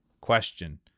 Question